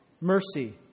mercy